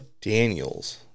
Daniels